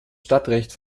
stadtrecht